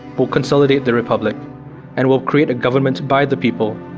will consolidate the republic and will create a government by the people,